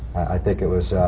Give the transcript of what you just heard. i think it was